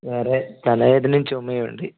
വേറെ തലവേദനയും ചുമയുമുണ്ട്